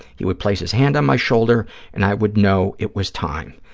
he would place his hand on my shoulder and i would know it was time.